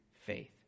faith